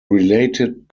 related